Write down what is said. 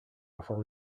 before